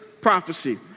prophecy